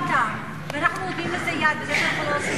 המדינה מפקירה אותם ואנחנו נותנים לזה יד בזה שאנחנו לא עושים,